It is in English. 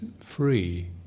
free